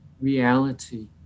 reality